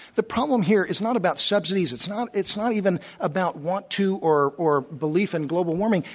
the problem here is not about subsidies, it's not it's not even about want to or or belief in global warming,